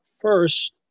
First